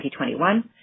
2021